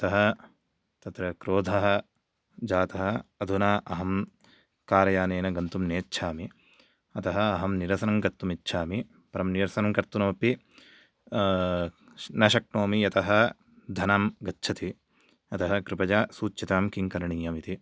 अतः तत्र क्रोधः जातः अधुना अहं कार् यानेन गन्तुं नेच्छामि अतः अहं निरसनं कर्तुमिच्छामि परं निरसनं कर्तुमपि न शक्नोमि यतः धनं गच्छति अतः कृपया सूच्यताम् किं करणीयम् इति